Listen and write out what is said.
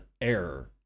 error